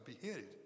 beheaded